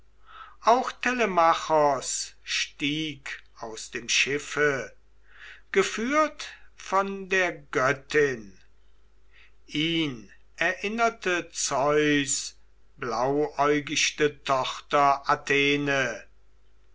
auch telemachos stieg aus dem schiffe geführt von der göttin ihn erinnerte zeus blauäugichte